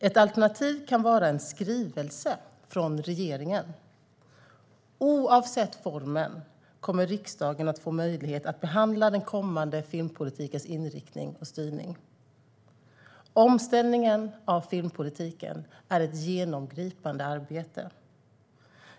Ett alternativ kan vara en skrivelse från regeringen. Oavsett form kommer riksdagen att få möjlighet att behandla den kommande filmpolitikens inriktning och styrning. Omställningen av filmpolitiken är ett genomgripande arbete.